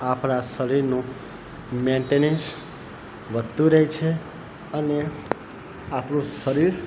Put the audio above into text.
આપણાં શરીરનું મેન્ટેનેન્સ વધતું રહે છે અને આપણું શરીર